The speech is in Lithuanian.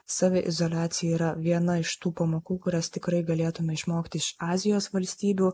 saviizoliacija yra viena iš tų pamokų kurias tikrai galėtume išmokti iš azijos valstybių